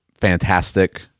fantastic